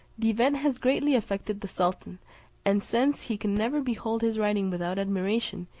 the event has greatly affected the sultan and since he can never behold his writing without admiration,